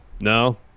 no